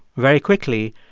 very quickly,